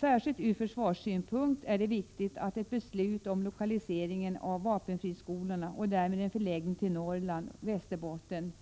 Särskilt ur försvarssynpunkt är det viktigt att ett beslut om lokaliseringen av vapenfriskolorna fattas och att därmed en av skolorna förläggs till Norrland och Västerbotten.